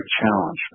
challenge